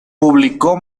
publicó